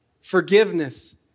forgiveness